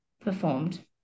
performed